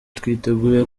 twiteguye